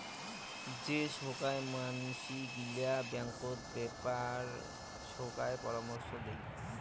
যে সোগায় মানসি গিলা ব্যাঙ্কত বেপার সোগায় পরামর্শ দেই